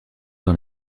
dans